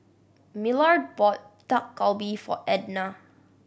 Millard bought Dak Galbi for Ednah